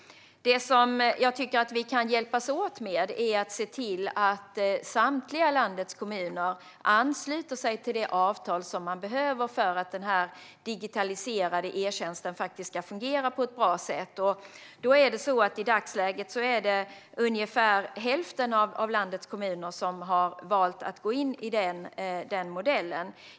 Jag skulle vilja att vi kan hjälpas åt med att se till att samtliga kommuner i landet ansluter sig till det avtal som man behöver för att den digitaliserade e-tjänsten ska fungera på ett bra sätt. I dagsläget har ungefär hälften av landets kommuner valt att gå in i denna modell.